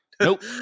Nope